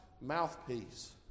mouthpiece